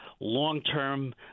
long-term